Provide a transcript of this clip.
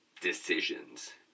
decisions